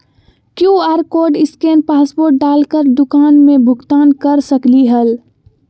QR code scan password डाल कर दुकान में भुगतान कर सकलीहल?